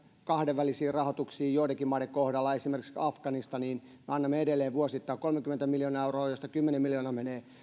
kahdenvälisiin rahoituksiin joidenkin maiden kohdalla esimerkiksi afganistaniin me annamme edelleen vuosittain kolmekymmentä miljoonaa euroa josta kymmenen miljoonaa menee